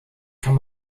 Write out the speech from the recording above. kann